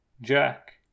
Jack